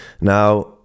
Now